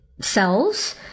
cells